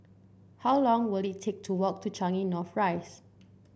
how long will it take to walk to Changi North Rise